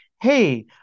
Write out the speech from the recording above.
Hey